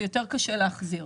יותר קשה להחזיר.